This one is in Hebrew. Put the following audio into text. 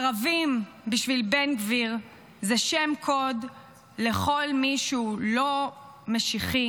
ערבים בשביל בן גביר זה שם קוד לכל מי שהוא לא משיחי,